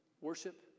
worship